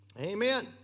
Amen